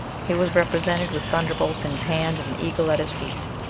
he was represented with thunder-bolts in his hand and an eagle at his feet.